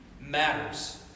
matters